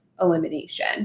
elimination